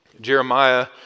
Jeremiah